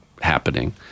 happening